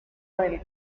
del